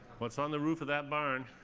what's on the roof of that barn?